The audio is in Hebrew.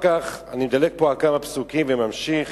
אני מדלג על כמה פסוקים וממשיך,